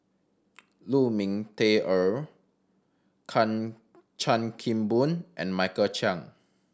Lu Ming Teh Earl Chan Kim Boon and Michael Chiang